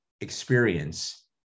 experience